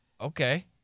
Okay